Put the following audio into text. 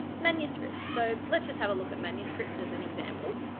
manuscripts so let's just have a look at manuscripts as an example.